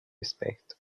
esperto